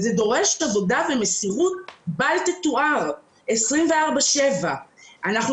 זה דורש עבודה ומסירות בל תתואר 24/7. אנחנו